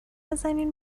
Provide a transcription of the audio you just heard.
بزنین